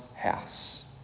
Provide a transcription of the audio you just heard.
house